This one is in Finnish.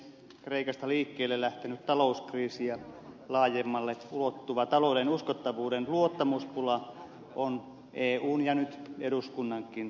kreikasta liikkeelle lähtenyt talouskriisi ja laajemmalle ulottuva talouden uskottavuuden luottamuspula on eun ja nyt eduskunnankin ongelma